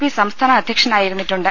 P സംസ്ഥാന അധൃക്ഷനായിരുന്നിട്ടുണ്ട്